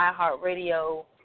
iHeartRadio